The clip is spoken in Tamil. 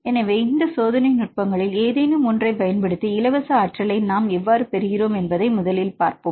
எனவே இந்த சோதனை நுட்பங்களில் ஏதேனும் ஒன்றைப் பயன்படுத்தி இலவச ஆற்றலை எவ்வாறு பெறுகிறோம் என்பதை முதலில் பார்ப்போம்